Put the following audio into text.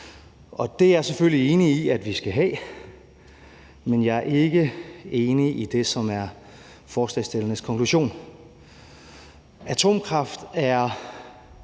Det er jeg selvfølgelig enig i at vi skal have, men jeg er ikke enig i det, som er forslagsstillernes konklusion. Atomkraft er